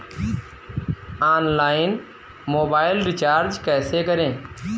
Online mobile recharge कैसे करें?